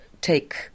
take